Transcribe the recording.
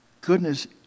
Goodness